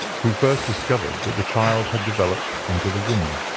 who first discovered that the child had developed into the woman.